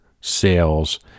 sales